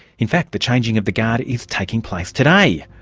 in fact the changing of the guard is taking place today.